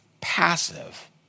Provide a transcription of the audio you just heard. passive